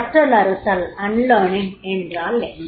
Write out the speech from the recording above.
கற்றலறுத்தல் என்றால் என்ன